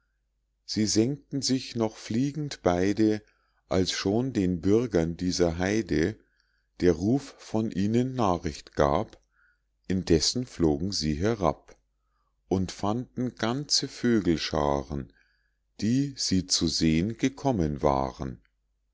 sie senkten sich noch fliegend beide als schon den bürgern dieser haide der ruf von ihnen nachricht gab indessen flogen sie herab und fanden ganze vögelschaaren die sie zu sehn gekommen waren